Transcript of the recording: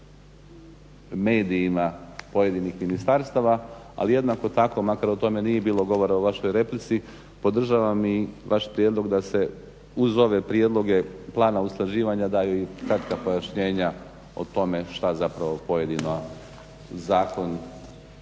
medijima pojedinih ministarstava. Ali jednako tako makar o tome nije bilo govora u vašoj replici podržavam i vaš prijedlog da se uz ove prijedloge plana usklađivanja daju i kratka pojašnjenja o tome šta zapravo pojedini zakon